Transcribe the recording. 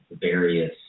various